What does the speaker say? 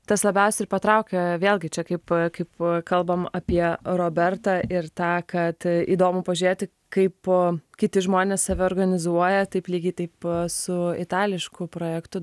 tas labiausiai ir patraukia vėlgi čia kaip kaip kalbam apie robertą ir tą kad įdomu pažiūrėti kaip kiti žmonės save organizuoja taip lygiai taip su itališku projektu